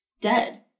dead